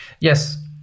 yes